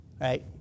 right